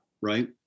Right